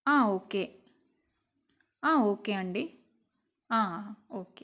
okay okay అండి okay